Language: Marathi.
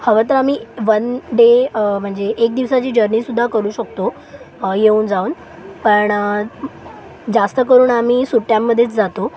हवं तर आम्ही वन डे म्हणजे एक दिवसाची जर्नीसुद्धा करू शकतो येऊन जाऊन पण जास्त करून आम्ही सुट्ट्यामध्येच जातो